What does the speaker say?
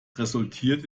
resultiert